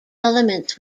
elements